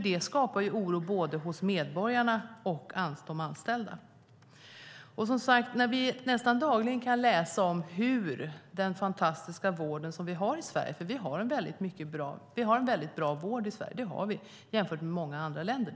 Det skapar oro både hos medborgarna och hos de anställda. Nästan dagligen kan vi läsa om hur det är inom den fantastiska vård vi har i Sverige - ja, vi har en väldigt bra vård i Sverige, det är alldeles sant, jämfört med många andra länder.